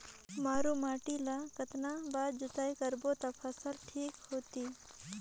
मारू माटी ला कतना बार जुताई करबो ता फसल ठीक होती?